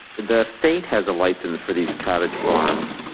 the state has a license for these cottage farms,